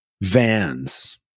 Vans